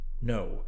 No